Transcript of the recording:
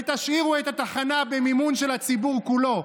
ותשאירו את התחנה במימון של הציבור כולו.